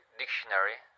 dictionary